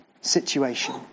situation